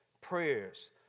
prayers